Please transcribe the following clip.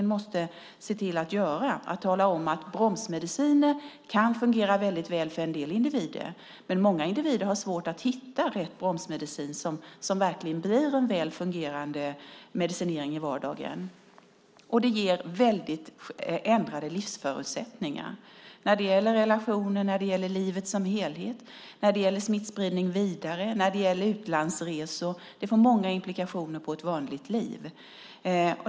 Vi måste tala om att bromsmediciner kan fungera mycket väl för en del individer, men många individer har svårt att hitta rätt bromsmedicin som verkligen ger en väl fungerande medicinering i vardagen. Det ger väldigt ändrade livsförutsättningar när det gäller relationer, när det gäller livet som helhet, när det gäller smittspridning vidare och när det gäller utlandsresor. Det får många implikationer på ett vanligt liv.